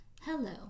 hello